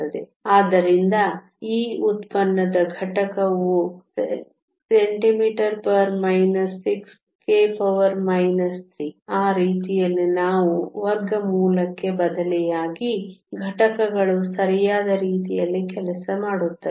ಆದ್ದರಿಂದ ಈ ಉತ್ಪನ್ನದ ಘಟಕವು cm 6 K 3 ಆ ರೀತಿಯಲ್ಲಿ ನಾವು ವರ್ಗಮೂಲಕ್ಕೆ ಬದಲಿಯಾಗಿ ಘಟಕಗಳು ಸರಿಯಾದ ರೀತಿಯಲ್ಲಿ ಕೆಲಸ ಮಾಡುತ್ತವೆ